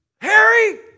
Harry